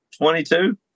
22